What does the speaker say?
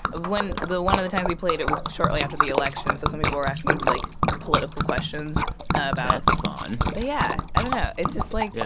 when the one of the times we played, it was shortly after the election, so some people were asking, like, political questions about. that's fun but, yeah, i don't know. it's just, like. yeah.